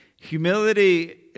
Humility